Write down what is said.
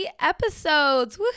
episodes